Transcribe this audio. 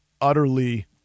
utterly